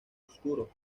oscuro